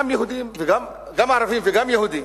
גם ערבים וגם יהודים,